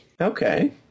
Okay